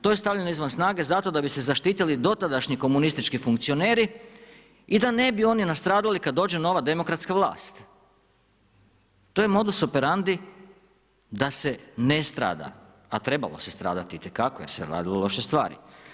To je stavljeno izvan snage zato da bi se zaštitili dotadašnji komunistički funkcioneri i da ne bi oni nastradali kad dođe nova demokratska vlast, to je modus operandi da se ne strada, a trebalo se stradati itekako jer se radilo loše stvari.